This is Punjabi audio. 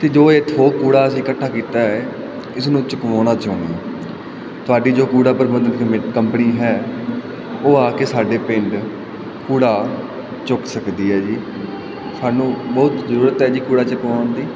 ਅਤੇ ਜੋ ਇਹ ਥੋਕ ਕੂੜਾ ਅਸੀਂ ਇਕੱਠਾ ਕੀਤਾ ਹੈ ਇਸਨੂੰ ਚੁਕਵਾਉਣਾ ਚਾਹੁੰਦੇ ਹਾਂ ਤੁਹਾਡੀ ਜੋ ਕੂੜਾ ਪ੍ਰਬੰਧਨ ਕਮੇ ਕੰਪਣੀ ਹੈ ਉਹ ਆ ਕੇ ਸਾਡੇ ਪਿੰਡ ਕੂੜਾ ਚੁੱਕ ਸਕਦੀ ਹੈ ਜੀ ਸਾਨੂੰ ਬਹੁਤ ਜ਼ਰੂਰਤ ਹੈ ਜੀ ਕੂੜਾ ਚੁਕਵਾਉਣ ਦੀ